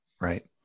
right